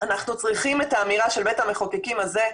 אנחנו צריכים את האמירה של בית המחוקקים הזה,